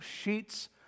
sheets